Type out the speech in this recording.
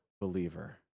believer